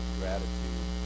gratitude